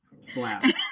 Slaps